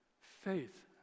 faith